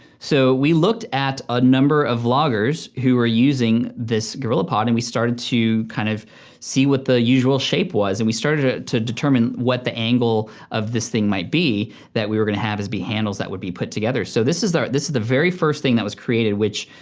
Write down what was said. so we looked at a number of vloggers who were using this gorillapod and we started to kind of see what the usual shape was. and we started to determine what the angle of this thing might be that we were gonna have as be handles that would be put together. so this is the very first thing that was created, which